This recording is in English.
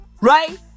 Right